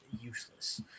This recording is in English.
useless